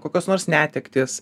kokios nors netektys